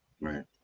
Right